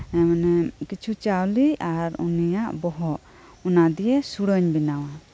ᱦᱮ ᱚᱱᱮ ᱠᱤᱪᱷᱩ ᱪᱟᱣᱞᱤ ᱟᱨ ᱩᱱᱤᱭᱟᱜ ᱵᱚᱦᱚᱜ ᱚᱱᱟᱫᱤᱭᱮ ᱥᱩᱲᱟᱹᱧ ᱵᱮᱱᱟᱣᱟ